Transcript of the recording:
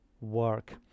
work